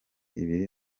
ibiri